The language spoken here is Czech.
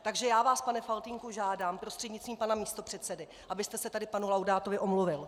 Takže já vás, pane Faltýnku, žádám prostřednictvím pana místopředsedy, abyste se tady panu Laudátovi omluvil!